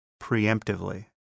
preemptively